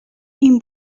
این